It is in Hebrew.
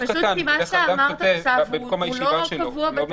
בדרך כלל אדם שותה במקום הישיבה שלו.